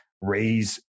raise